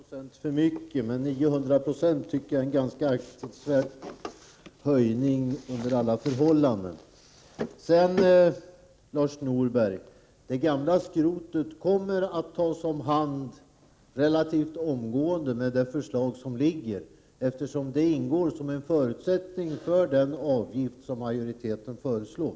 Herr talman! Jag skall gätns erkänna att jag lade till 100 96. Men 900 90 aktivt avfall m.m. tycker jag är en ganska stor höjning under alla förhållanden. Det gamla skrotet, Lars Norberg, kommer att tas om hand relativt omgående med det förslag som lagts fram, eftersom det är en förutsättning för den avgift som majoriteten föreslår.